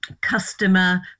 customer